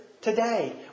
today